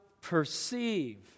perceive